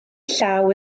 llaw